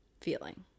feeling